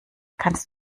kannst